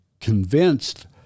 convinced